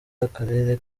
akarere